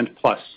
plus